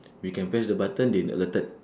we can press the button they alerted